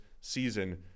season